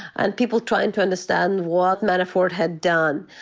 and people trying to understand what manafort had done,